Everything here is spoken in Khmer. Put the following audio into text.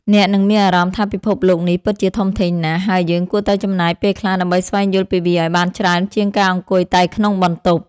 អ្នកនឹងមានអារម្មណ៍ថាពិភពលោកនេះពិតជាធំធេងណាស់ ហើយយើងគួរតែចំណាយពេលខ្លះដើម្បីស្វែងយល់ពីវាឱ្យបានច្រើនជាងការអង្គុយតែក្នុងបន្ទប់។